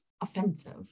offensive